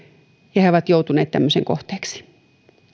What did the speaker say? ja he ovat joutuneet tämmöisen kohteeksi me